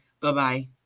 Bye-bye